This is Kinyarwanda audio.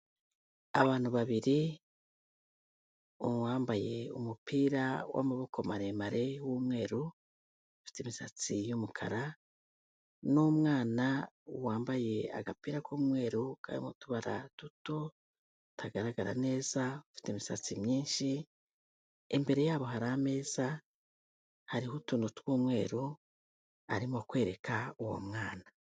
Abantu babiri uwambaye umupira w'amaboko maremare w'umweru, ufite imisatsi y'umukara n'umwana wambaye agapira k'umweru karimo utubara duto tutagaragara neza, ufite imisatsi myinshi, imbere yabo hari ameza, hariho utuntu tw'umweru, arimo kwereka uwo mwana.